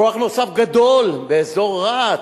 כוח נוסף גדול באזור רהט,